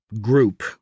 group